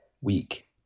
week